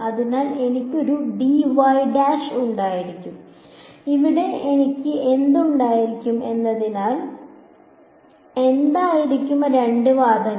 അതിനാൽ എനിക്ക് ഒരു ഉണ്ടായിരിക്കും ഇവിടെ എനിക്ക് എന്ത് ഉണ്ടായിരിക്കും എന്തായിരിക്കും രണ്ട് വാദങ്ങൾ